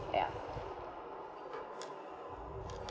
ya